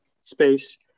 space